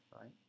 right